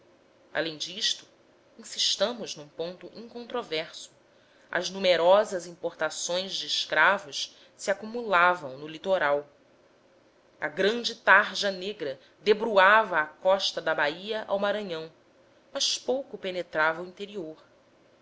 além disto insistamos num ponto incontroverso as numerosas importações de escravos se acumulavam no litoral a grande tarja negra debruava a costa da bahia ao maranhão mas pouco penetrava o interior